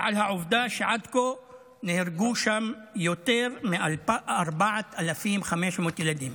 ועל העובדה שעד כה נהרגו שם יותר מ-4,500 ילדים.